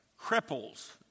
cripples